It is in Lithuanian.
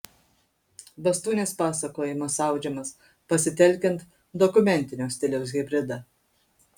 bastūnės pasakojimas audžiamas pasitelkiant dokumentinio stiliaus hibridą